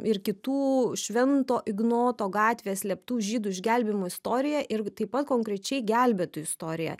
ir kitų švento ignoto gatvėje slėptų žydų išgelbėjimo istoriją ir taip pat konkrečiai gelbėtojų istoriją